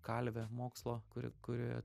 kalvė mokslo kuri kuri